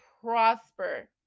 prosper